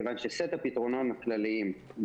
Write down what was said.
מכיוון שבין הפתרונות של התזרימים,